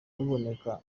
ruboneka